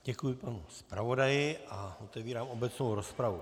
Děkuji panu zpravodaji a otevírám obecnou rozpravu.